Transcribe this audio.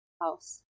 House